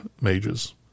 mages